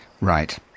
Right